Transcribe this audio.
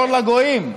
אור לגויים.